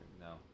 no